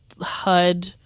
HUD